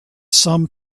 some